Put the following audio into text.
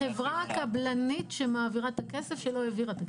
החברה קבלנית שלא העבירה את הכסף.